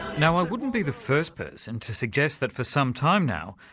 now i wouldn't be the first person to suggest that for some time now,